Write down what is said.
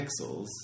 pixels